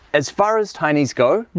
as far as tiny's go.